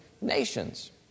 nations